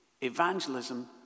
evangelism